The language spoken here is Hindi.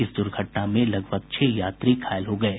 इस दुर्घटना में लगभग छह लोग घायल हो गये